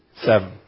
Seven